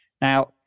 Now